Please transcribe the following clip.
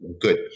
good